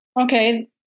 okay